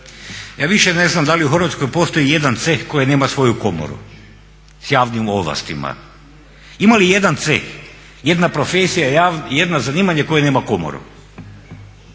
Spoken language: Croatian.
Ja više ne znam da li u Hrvatskoj postoji jedan ceh koji nema svoju komoru s javnim ovlastima. Ima li jedan ceh, jedna profesija, jedno zanimanje koje nema komoru?